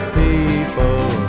people